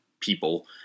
people